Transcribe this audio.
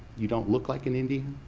you don't look like an indian,